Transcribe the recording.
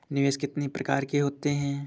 निवेश कितनी प्रकार के होते हैं?